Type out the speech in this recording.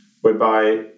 whereby